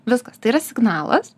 viskas tai yra signalas